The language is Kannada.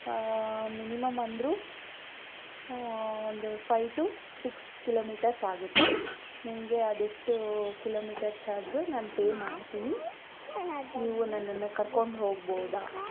ಮಿನಿಮಮ್ ಅಂದರೂ ಒಂದು ಫೈವ್ ಟು ಸಿಕ್ಸ್ ಕಿಲೋಮೀಟರ್ಸ್ ಆಗುತ್ತೆ ನಿಮಗೆ ಅದೆಷ್ಟು ಕಿಲೋಮೀಟರ್ ಚಾರ್ಜು ನಾನು ಪೇ ಮಾಡ್ತೀನಿ ನೀವು ನನ್ನನ್ನು ಕರ್ಕೊಂಡು ಹೋಗ್ಬೋದಾ